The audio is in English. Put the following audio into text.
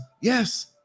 yes